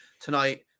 tonight